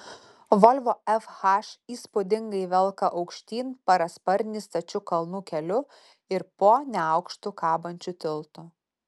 volvo fh įspūdingai velka aukštyn parasparnį stačiu kalnų keliu ir po neaukštu kabančiu tiltu